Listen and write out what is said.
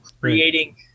creating